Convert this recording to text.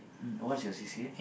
what's your C_C_A